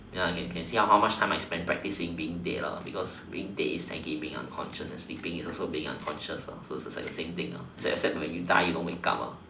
ya can see can see how much time I spend practising being dead lah because being dead is like being unconscious and sleeping is also being unconscious so it's like the same thing as being unconscious except when you die you don't wake up lah